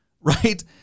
right